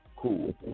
Cool